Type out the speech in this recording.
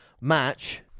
match